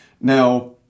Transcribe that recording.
Now